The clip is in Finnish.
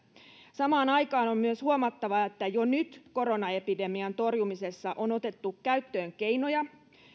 samaan aikaan on myös huomattava että jo nyt koronaepidemian torjumisessa on otettu käyttöön keinoja